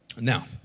Now